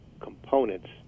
components